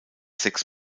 sechs